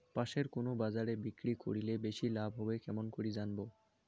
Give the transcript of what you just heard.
পাশের কুন বাজারে বিক্রি করিলে বেশি লাভ হবে কেমন করি জানবো?